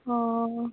ହଁ